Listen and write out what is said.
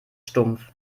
stumpf